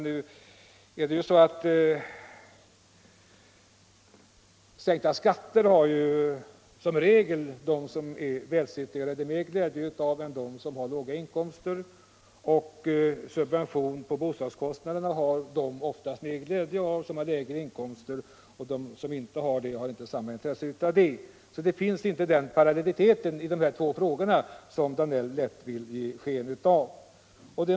Nu är det så att sänkta skatter i regel är till mer glädje för de välsituerade än för dem som har låga inkomster, medan subventioner av bostadskostnader oftast är till mer glädje för dem som har lägre inkomster; de som inte har låga inkomster har inte samma intresse ay subventioner. Det föreligger alltså inte den parallellitet mellan de två åtgärderna som herr Danell vill ge sken av.